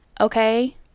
okay